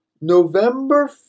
November